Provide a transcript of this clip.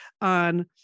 on